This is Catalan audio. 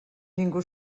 ningú